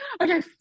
okay